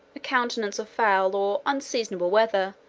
a continuance of foul or unseasonable weather,